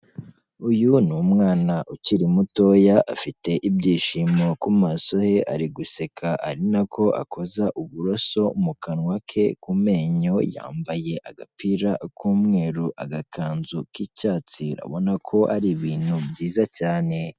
Uyu ni umwana ukiri mutoya afite ibyishimo ku maso he ari guseka ari na ko akoza uburoso mu kanwa ke ku menyo, yambaye agapira k'umweru, agakanzu k'icyatsi, urabona ko ari ibintu byiza cyane.